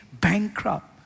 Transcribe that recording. bankrupt